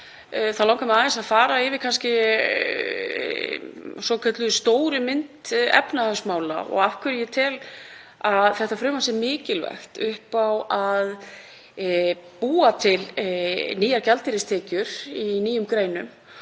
Mig langar líka aðeins að fara yfir hina svokölluðu stóru mynd efnahagsmála og af hverju ég tel að þetta frumvarp sé mikilvægt upp á að búa til nýjar gjaldeyristekjur í nýjum greinum.